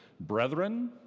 brethren